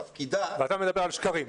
תפקידה --- ואתה מדבר על שקרים.